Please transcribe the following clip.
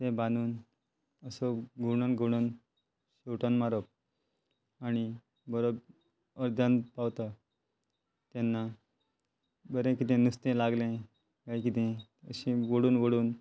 तें बांदून असो घुवणोवन घुवणोवन शेवटान मारप आनी बरो अर्दान पावता तेन्ना बरें कितें नुस्तें लागलें काय कितें अशें वोडून वोडून